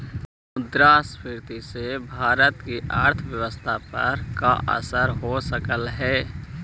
मुद्रास्फीति से भारत की अर्थव्यवस्था पर का असर हो सकलई हे